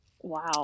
Wow